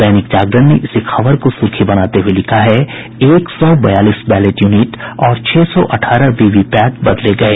दैनिक जागरण ने इसी खबर को सुर्खी बनाते हुये लिखा है एक सौ बयालीस बैलेट यूनिट और छह सौ अठारह वीवी पैट बदले गये